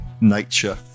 nature